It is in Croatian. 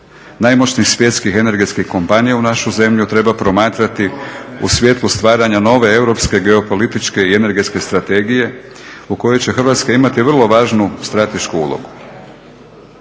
najmoćnijih svjetskih energetskih kompanija u našu zemlju treba promatrati u svjetlu stvaranja nove europske geopolitičke i energetske strategije u kojoj će Hrvatska imati vrlo važnu stratešku ulogu.